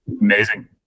Amazing